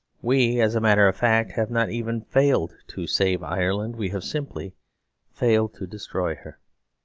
we, as a matter of fact, have not even failed to save ireland. we have simply failed to destroy her.